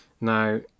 Now